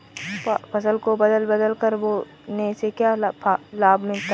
फसल को बदल बदल कर बोने से क्या लाभ मिलता है?